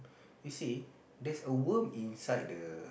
you see there's a worm inside the